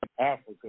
Africa